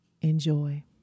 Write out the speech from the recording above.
Enjoy